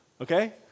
Okay